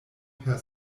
per